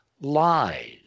Lies